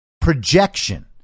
projection